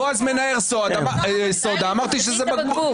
בועז מנער סודה, אמרתי שזה בקבוק